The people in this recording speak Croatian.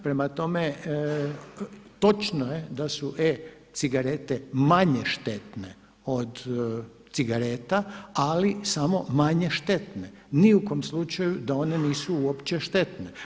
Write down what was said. Prema tome, točno je da su e-cigarete manje štetne od cigareta ali samo manje štetne, ni u kom slučaju da one nisu uopće štetne.